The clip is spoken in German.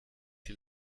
die